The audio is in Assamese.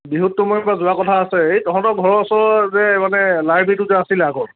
বিহুতো মই এইবাৰ যোৱা কথা আছে এই তহঁতৰ ঘৰৰ ওচৰৰ যে মানে লাইব্ৰেৰীটো যে আছিলে আগত